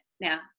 now